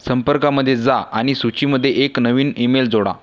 संपर्कामध्ये जा आणि सूचीमध्ये एक नवीन ईमेल जोडा